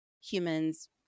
humans